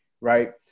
right